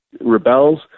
rebels